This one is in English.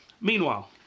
meanwhile